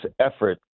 effort